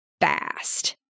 fast